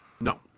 No